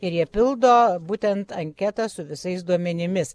ir jie pildo būtent anketą su visais duomenimis